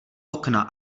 okna